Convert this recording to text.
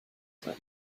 sein